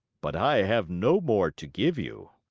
but i have no more to give you.